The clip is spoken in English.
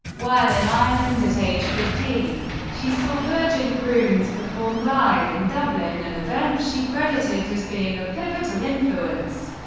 while in ireland at age fifteen, she saw virgin prunes perform live in dublin, an event she credited as being a pivotal influence.